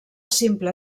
simple